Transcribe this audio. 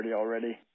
already